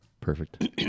Perfect